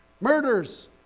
murders